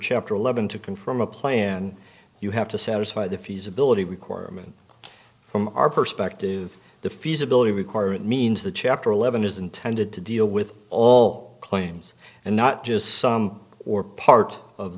chapter eleven to confirm a plan you have to satisfy the feasibility requirement from our perspective the feasibility require it means the chapter eleven is intended to deal with all claims and not just some or part of